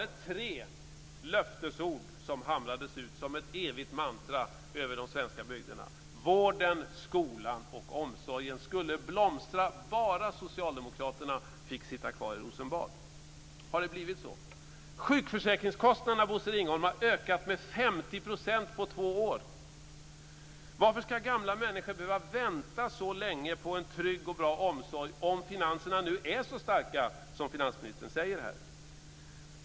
Det var tre löftesord som hamrades ut som eviga mantran över de svenska bygderna: vården, skolan och omsorgen som skulle blomstra bara Socialdemokraterna fick sitta kvar i Rosenbad. Har det blivit så? Sjukförsäkringskostnaderna, Bosse Ringholm, har ökat med 50 % på två år. Varför ska gamla människor behöva vänta så länge på en trygg och bra omsorg om finanserna nu är så starka som finansministern säger här?